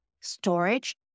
storage